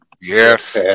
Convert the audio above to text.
Yes